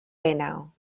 now